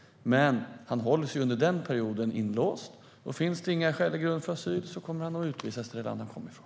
Men han hålls under den perioden inlåst. Och om det inte finns skälig grund för asyl kommer han att utvisas till det land han kom ifrån.